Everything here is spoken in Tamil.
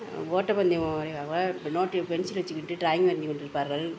ஓட்டப்பந்தயம் நோட்டு பென்சில் வச்சுக்கிட்டு ட்ராயிங் வரைஞ்சு கொண்டு இருப்பார்கள்